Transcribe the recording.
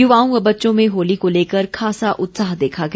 युवाओं व बच्चों में होली को लेकर खासा उत्साह देखा गया